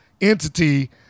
entity